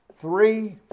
three